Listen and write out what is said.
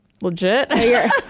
legit